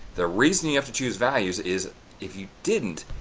the reason you have to choose values is if you didn't,